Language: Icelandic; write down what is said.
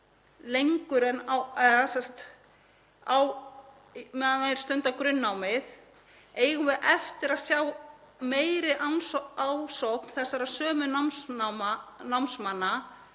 lengur á meðan þeir stunda grunnnámið? Eigum við eftir að sjá meiri ásókn þessara sömu námsmanna